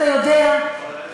אתה יודע,